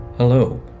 Hello